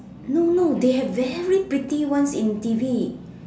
no no they have very pretty ones in t_v